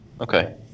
Okay